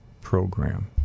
program